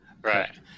Right